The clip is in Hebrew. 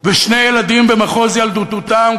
ושני ילדים במחוזות ילדותם,